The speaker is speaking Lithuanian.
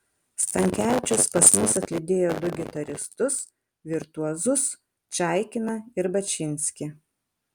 stankevičius pas mus atlydėjo du gitaristus virtuozus čaikiną ir bačinskį